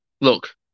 Look